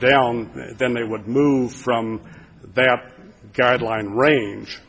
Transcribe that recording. down then they would move from that guideline range